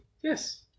Yes